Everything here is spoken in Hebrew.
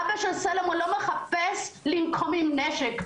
אבא של סלומון לא מחפש לנקום בנשק.